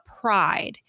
pride